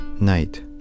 night